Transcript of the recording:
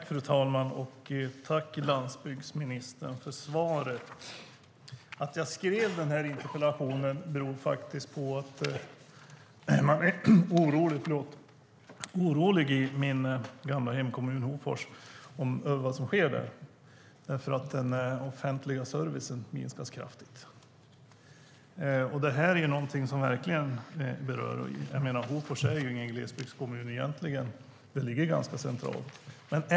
Fru talman! Jag tackar landsbygdsministern för svaret. Att jag skrev den här interpellationen beror på att man är orolig i min gamla hemkommun Hofors över vad som sker där, eftersom den offentliga servicen minskas kraftigt. Detta är någonting som verkligen berör. Hofors är egentligen inte någon glesbygdskommun. Det ligger ganska centralt.